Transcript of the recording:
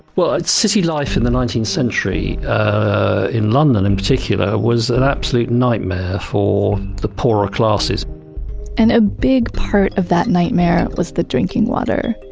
well, city life in the nineteenth century ah in london in particular was an absolute nightmare for the poorer classes and a big part of that nightmare was the drinking water.